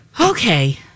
Okay